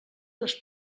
les